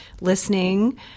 listening